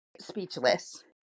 speechless